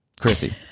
Chrissy